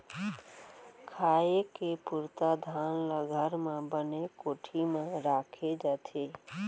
खाए के पुरता धान ल घर म बने कोठी म राखे जाथे